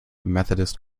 methodist